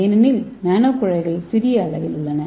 ஏனெனில் நானோகுழாய்கள் சிறிய அளவில் உள்ளன